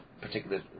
particular